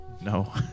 No